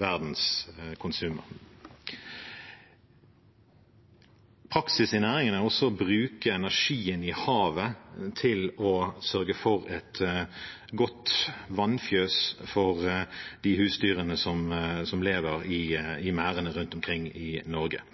verdens konsum. Praksis i næringen er å bruke energien i havet til å sørge for et godt vannfjøs for de husdyrene som lever i merdene rundt omkring i Norge.